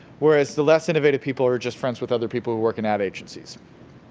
whereas, the less innovative people are just friends with other people who work in ad agencies.